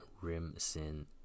Rim-Sin